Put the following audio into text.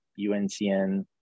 uncn